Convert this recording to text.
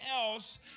else